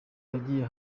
yagiye